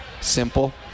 simple